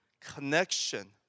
connection